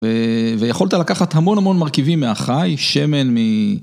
ויכולת לקחת המון המון מרכיבים מהחי, שמן מ...